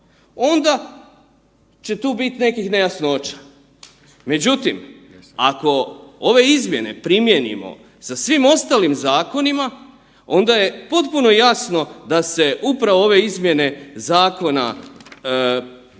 onda će tu biti nekih nejasnoća. Međutim, ako ove izmjene primijenimo sa svim ostalim zakonima onda je potpuno jasno da se upravo ove izmjene zakona odnose